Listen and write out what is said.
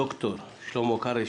ד"ר שלמה קרעי,